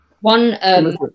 One